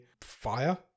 fire